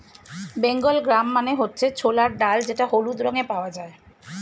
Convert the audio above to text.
Bengal gram মানে হচ্ছে ছোলার ডাল যেটা হলুদ রঙে পাওয়া যায়